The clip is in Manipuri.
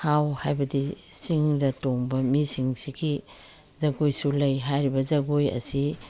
ꯍꯥꯎ ꯍꯥꯏꯕꯗꯤ ꯆꯤꯡꯗ ꯇꯣꯡꯕ ꯃꯤꯁꯤꯡꯁꯤꯒꯤ ꯖꯒꯣꯏꯁꯨ ꯂꯩ ꯍꯥꯏꯔꯤꯕ ꯖꯒꯣꯏ ꯑꯁꯤ